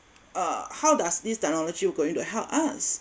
uh how does this technology would going to help us